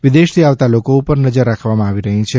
વિદેશથી આવતા લોકો ઉપર નજર રાખવામાં આવી રહી છે